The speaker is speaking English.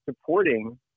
supporting